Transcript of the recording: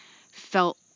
felt